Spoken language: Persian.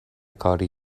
کاری